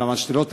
אל המשתלות,